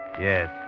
Yes